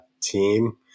team